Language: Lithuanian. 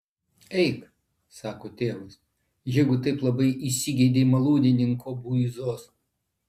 eik sako tėvas jeigu taip labai įsigeidei malūnininko buizos